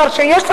אין לנו